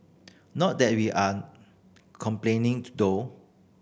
not that we are complaining though